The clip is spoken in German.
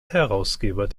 herausgeber